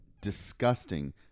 disgusting